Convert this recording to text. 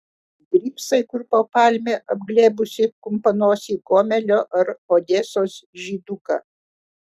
drybsai kur po palme apglėbusi kumpanosį gomelio ar odesos žyduką